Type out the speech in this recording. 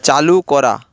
চালু করা